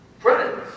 Friends